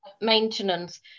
maintenance